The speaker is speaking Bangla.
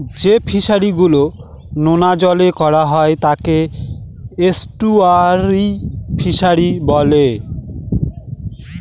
যে ফিশারি গুলো নোনা জলে করা হয় তাকে এস্টুয়ারই ফিশারি বলে